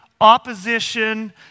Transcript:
opposition